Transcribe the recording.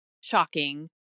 shocking